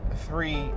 three